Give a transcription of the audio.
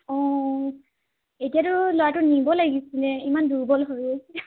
অ এতিয়াতো ল'ৰাটো নিব লাগিছিলে ইমান দুৰ্বল হৈ